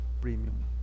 premium